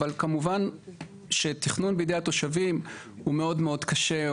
אבל כמובן שתכנון בידי התושבים הוא מאוד קשה,